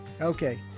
Okay